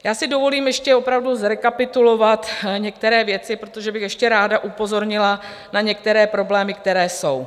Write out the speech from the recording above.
Já si dovolím ještě opravdu zrekapitulovat některé věci, protože bych ještě ráda upozornila na některé problémy, které jsou.